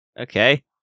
Okay